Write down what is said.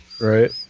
Right